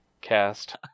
cast